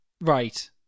right